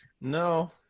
No